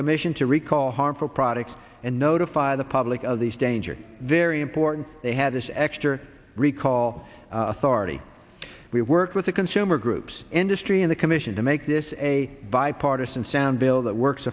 commission to recall harmful products and notify the public of these dangers very important they have this exter recall authority we work with the consumer groups industry and the commission to make this a bipartisan sound bill that works